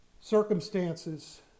Circumstances